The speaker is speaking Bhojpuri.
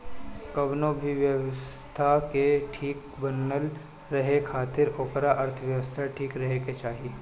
कवनो भी व्यवस्था के ठीक बनल रहे खातिर ओकर अर्थव्यवस्था ठीक रहे के चाही